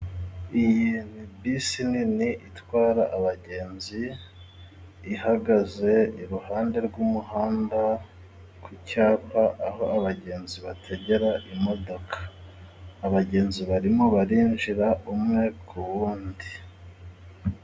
Iyi ni bisi nini itwara abagenzi, ihagaze iruhande rw'umuhanda ku cyapa aho abagenzi bategera imodoka, abagenzi barimo barinjira umwe k'uwundi.